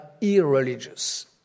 irreligious